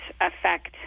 affect